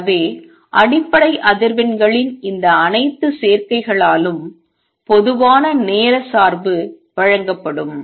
எனவே அடிப்படை அதிர்வெண்களின் இந்த அனைத்து சேர்க்கைகளாலும் பொதுவான நேர சார்பு வழங்கப்படும்